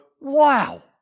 Wow